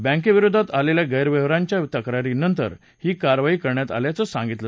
बँके विरोधात आलेल्या गैरव्यवहारांच्या तक्रारींनंतर ही कारवाई करण्यात आल्याचं सांगितलं